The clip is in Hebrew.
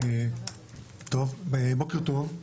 בוקר טוב.